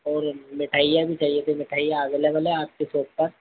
और मिठाईयाँ भी चाहिए थी मिठाईयाँ अवेलेबल हैं आपकी शॉप पर